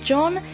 John